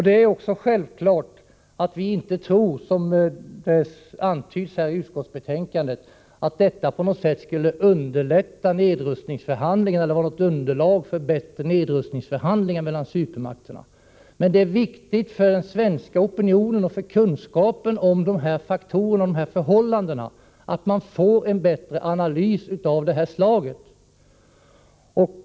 Det är självklart att vi inte tror, som det antyds i utskottsbetänkandet, att detta på något sätt skulle vara ett underlag för bättre nedrustningsförhandlingar mellan supermakterna. Men det är viktigt för den svenska opinionen att få kunskap om de här förhållandena, att få en bättre analys av detta slag.